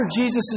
Jesus